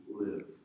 live